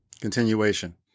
Continuation